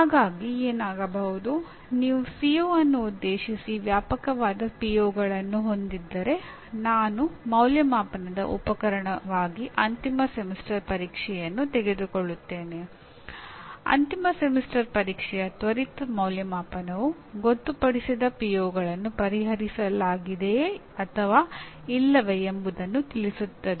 ಹಾಗಾಗಿ ಏನಾಗಬಹುದು ನೀವು ಸಿಒ ಪರಿಹರಿಸಲಾಗಿದೆಯೇ ಅಥವಾ ಇಲ್ಲವೇ ಎಂಬುದನ್ನು ತಿಳಿಸುತ್ತದೆ